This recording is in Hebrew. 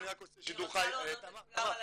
תמר,